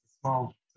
small